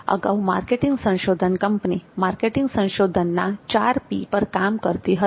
અગાઉ માર્કેટિંગ સંશોધન company marketing સંશોધનના 4 P પર કામ કરતી હતી